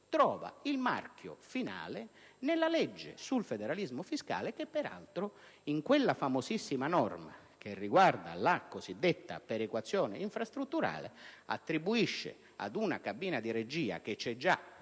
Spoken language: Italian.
trova il marchio finale nella legge sul federalismo fiscale che, peraltro, in quella famosa norma riguardante la perequazione infrastrutturale, prevede una cabina di regia che è già